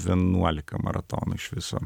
vienuolika maratonų iš viso